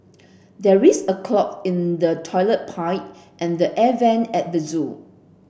there is a clog in the toilet pipe and the air vent at the zoo